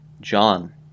John